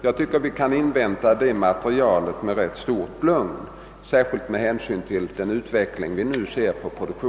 Jag tycker att vi bör kunna invänta det materialet med rätt stort lugn, särskilt med hänsyn till den produktionsutveckling vi nu kan iaktta.